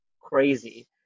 crazy